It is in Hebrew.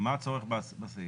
מה הצורך בסעיף?